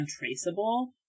untraceable